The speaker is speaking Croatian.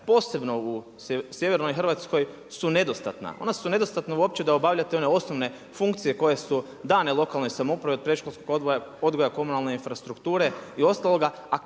posebno u sjevernoj Hrvatskoj su nedostatna. Ona su nedostatna uopće da obavljate one osnovne funkcije koje su dane lokalnoj samoupravi od predškolskoj odgoja, komunalne infrastrukture i ostaloga,